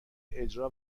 اجرا